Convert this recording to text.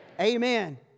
Amen